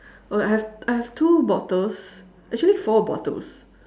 or like I have I have two bottles actually four bottles